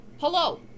Hello